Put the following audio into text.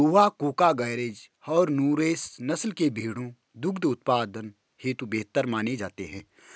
लूही, कूका, गरेज और नुरेज नस्ल के भेंड़ दुग्ध उत्पादन हेतु बेहतर माने जाते हैं